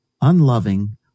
unloving